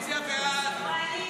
להצבעה,